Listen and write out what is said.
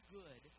good